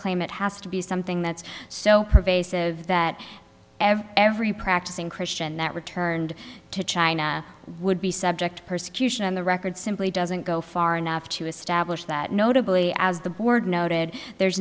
claim it has to be something that's so pervasive that every every practicing christian that returned to china would be subject to persecution and the record simply doesn't go far enough to establish that notably as the board noted there's